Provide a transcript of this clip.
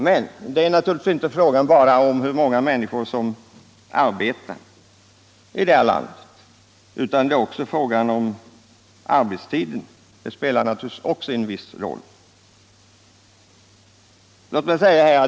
Men naturligtvis är det inte bara fråga om hur många människor som arbetar i landet, utan arbetstiden spelar också en stor roll.